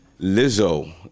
Lizzo